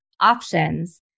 options